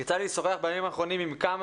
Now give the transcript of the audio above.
יצא לי לשוחח בימים האחרונים עם כמה